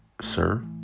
Sir